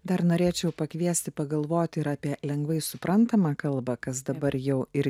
dar norėčiau pakviesti pagalvoti ir apie lengvai suprantamą kalbą kas dabar jau ir